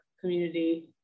community